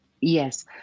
Yes